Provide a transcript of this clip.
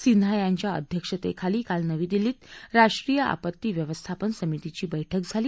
सिन्हा यांच्या अध्यक्षतेखाली काल नवी दिल्लीत राष्ट्रीय आपत्ती व्यवस्थापन समितीची बैठक झाली